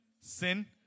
Sin